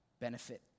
Benefit